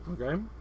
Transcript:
okay